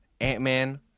Ant-Man